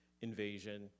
invasion